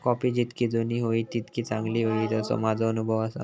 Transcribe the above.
coffee जितकी जुनी होईत तितकी चांगली होईत, असो माझो अनुभव आसा